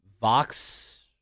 Vox